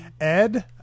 ed